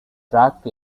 tracked